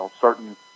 certain